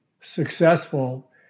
successful